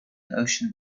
ocean